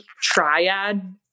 triad